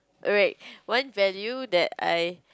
alright one value that I